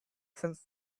since